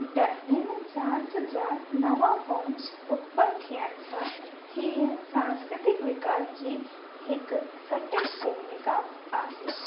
ड हिन डांस जा नव फोम उतपन थियण सां हीअं सांस्कृतिक विकास जी हिकु सटीक भूमिका आहे